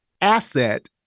asset